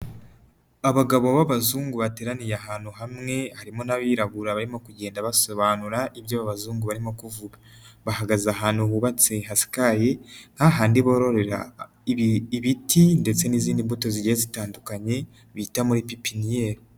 Abagabo b'abazungu bateraniye ahantu hamwe, harimo n'abirabura barimo kugenda basobanura ibyo abazungu barimo kuvuga, bahagaze ahantu hubatse hasikaye, hahandi bororera ibiti ndetse n'izindi mbuto zigiye zitandukanye, bita muri pepiniyeri.